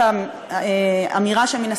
יש איזה איזון מינימלי בין